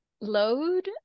load